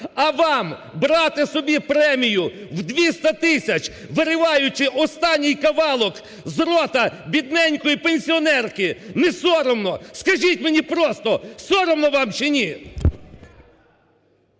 А вам брати собі премію в 200 тисяч, вириваючи останній кавалок з рота бідненької пенсіонерки, не соромно? Скажіть мені просто: соромно вам чи ні?